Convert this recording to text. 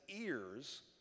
ears